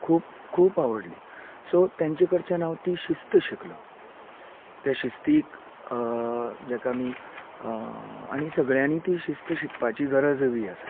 खूब खूब आवडली सो तेंचे कडच्यान हांव ती शिस्त शिकलो त्या शिस्तिक जेका आमी आनी सगळ्यांनी ती शिस्त शिकपाची गरज बी आसा